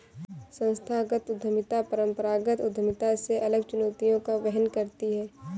संस्थागत उद्यमिता परंपरागत उद्यमिता से अलग चुनौतियों का वहन करती है